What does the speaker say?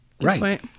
Right